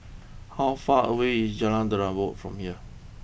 how far away is Jalan Terubok from here